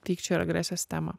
pykčio ir agresijos temą